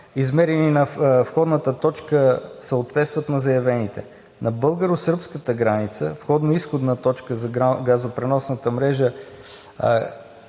измерени на входната точка, съответстват на заявените. На българо-сръбската граница – входно-изходна точка за Газопреносната мрежа